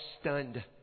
stunned